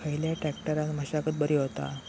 खयल्या ट्रॅक्टरान मशागत बरी होता?